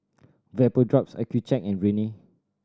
Vapodrops Accucheck and Rene